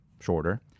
shorter